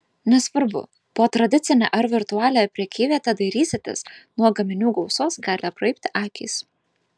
nesvarbu po tradicinę ar virtualią prekyvietę dairysitės nuo gaminių gausos gali apraibti akys